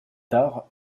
tard